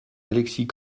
alexis